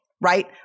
right